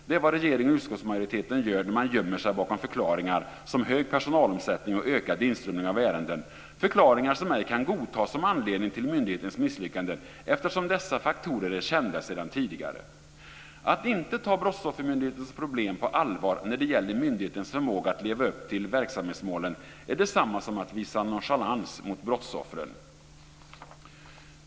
Det är vad regeringen och utskottsmajoriteten gör när man gömmer sig bakom förklaringar som hög personalomsättning och ökad inströmning av ärenden. Det är förklaringar som ej kan godtas som anledning till myndighetens misslyckanden, eftersom dessa faktorer är kända sedan tidigare. Att inte ta Brottsoffermyndighetens problem på allvar när det gäller myndighetens förmåga att leva upp till verksamhetsmålen är detsamma som att visa nonchalans mot brottsoffren.